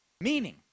Meaning